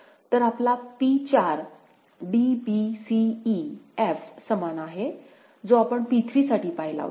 तर आपला P4 d b c e f समान आहे जो आपण P3 साठी पाहिला होता